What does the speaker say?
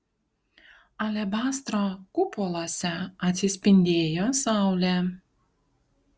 alebastro kupoluose atsispindėjo saulė